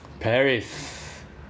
paris